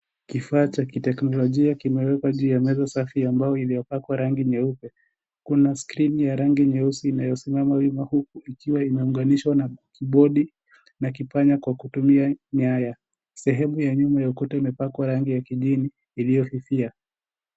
Kifaa cha kiteknolojia kimewekwa juu ya meza safi ambayo iliyopakwa rangi nyeupe. Kuna screen ya rangi nyeusi inayosimama wima huku imeunganishwa na body na kipanya kutumia nyaya. Sehemu ya nyuma ya ukuta imepakwa rangi ya kijani iliyofifia.